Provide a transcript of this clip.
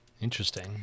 Interesting